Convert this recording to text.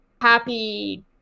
happy